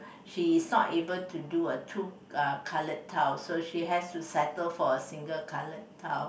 she's not able to do a two uh coloured tile so she has to settle for a single coloured tile